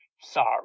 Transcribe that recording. sorry